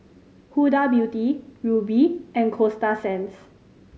Huda Beauty Rubi and Coasta Sands